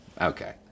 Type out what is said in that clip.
Okay